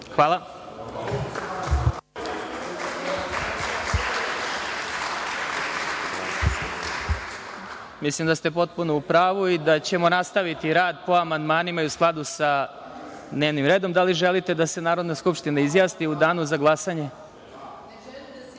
Hvala. Mislim da ste potpuno u pravu i da ćemo nastaviti rad po amandmanima u skladu sa dnevnim redom. Da li želite da se Narodna skupština izjasni u danu za glasanje?(Maja